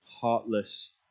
heartless